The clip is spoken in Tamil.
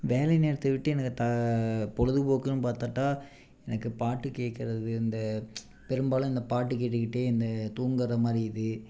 வேலை நேரத்தை விட்டு எனக்கு பொழுதுபோக்குனு பார்த்துட்டா எனக்கு பாட்டு கேக்கிறது இந்த பெரும்பாலும் இந்த பாட்டு கேட்டுக்கிட்டே இந்த தூங்குகிற மாதிரி இது